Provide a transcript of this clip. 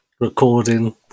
Recording